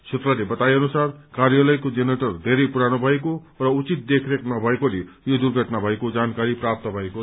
सूत्रले बताए अनुसार कार्यालयको जेनेरेटर धेरै पुरानो भएको र उचित देखरेख नभएकोले यो दुर्घटना भएको जानकारी प्राप्त भएको छ